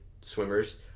swimmers